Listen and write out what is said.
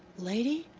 lady,